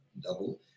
double